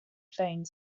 phone